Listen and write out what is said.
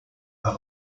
are